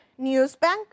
NewsBank